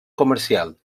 comercial